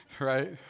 right